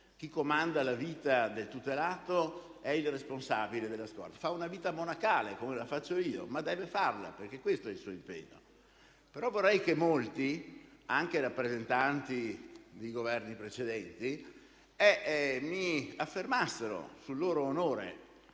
Chi comanda la vita del tutelato è il responsabile della scorta. Fa una vita monacale, come la faccio io, ma deve farla perché questo è il suo impegno. Vorrei però che molti, anche rappresentanti di Governi precedenti e anche ex Ministri